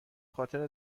خاطر